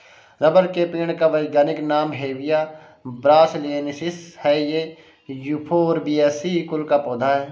rubber के पेड़ का वैज्ञानिक नाम हेविया ब्रासिलिनेसिस है ये युफोर्बिएसी कुल का पौधा है